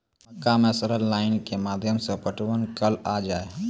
मक्का मैं सर लाइट के माध्यम से पटवन कल आ जाए?